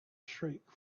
shriek